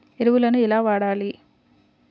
ఎరువులను ఎలా వాడాలి?